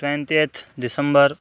twenty eighth December